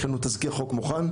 יש לנו תזכיר חוק מוכן,